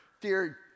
dear